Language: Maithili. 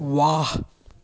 वाह